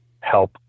help